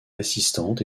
assistante